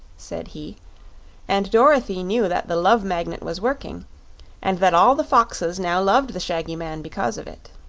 said he and dorothy knew that the love magnet was working and that all the foxes now loved the shaggy man because of it.